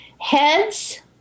Heads